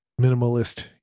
minimalist